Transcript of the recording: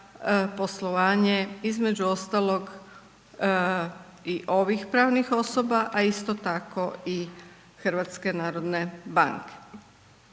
poslovanje između ostalog i ovih pravnih osoba a isto tako i HNB-a. Prema